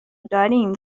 داریم